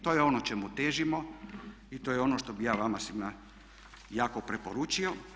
To je ono čemu težimo i to je ono što bih ja vama svima jako preporučio.